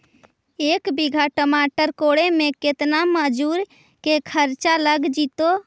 एक बिघा टमाटर कोड़े मे केतना मजुर के खर्चा लग जितै?